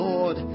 Lord